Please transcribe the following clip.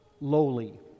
lowly